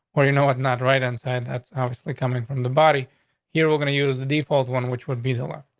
well, you know what? not right inside. that's obviously coming from the body here. we're gonna use the default one, which would be killer.